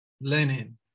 Lenin